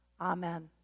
Amen